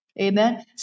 Amen